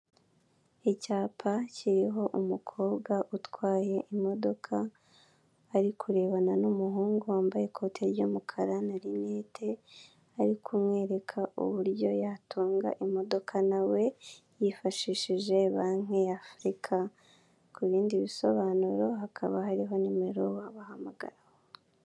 Icyapa kiriho umukobwa utwaye imodoka, ari kurebana n'umuhungu wambaye ikoti ry'umukara na rinete, ari kumwereka uburyo yatunga imodoka na we yifashishije Banki y'Afrika, ku bindi bisobanuro hakaba hariho nimero wabahamagaraho.